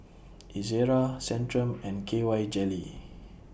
Ezerra Centrum and K Y Jelly